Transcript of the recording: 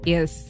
Yes